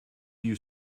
you